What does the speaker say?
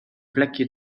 plekje